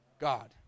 God